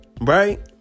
Right